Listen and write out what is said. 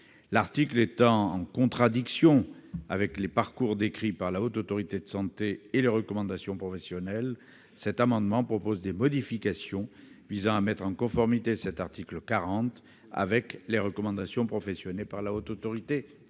L'article est en contradiction avec les parcours décrits par la Haute Autorité de santé et les recommandations professionnelles. Par cet amendement, nous proposons donc des modifications visant à mettre en conformité l'article 40 avec les recommandations professionnelles définies par la Haute Autorité